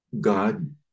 God